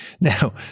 Now